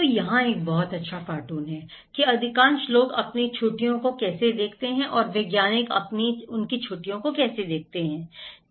तो यहाँ एक बहुत अच्छा कार्टून है कि अधिकांश लोग अपनी छुट्टियों को कैसे देखते हैं और वैज्ञानिक उनकी छुट्टियों को कैसे देखते हैं ठीक है